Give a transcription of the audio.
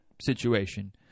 situation